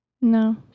No